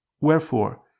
Wherefore